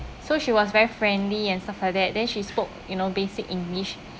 so she was very friendly and stuff like that then she spoke you know basic english